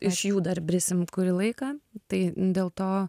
iš jų dar brisim kurį laiką tai dėl to